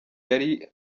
yari